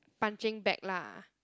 punching bag lah